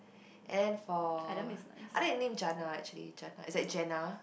and then for I like the name Jana actually Jana it's like Joanna